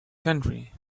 country